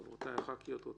חברת הכנסת ברקו, בבקשה.